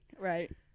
Right